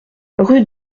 rue